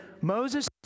Moses